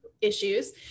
issues